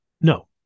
No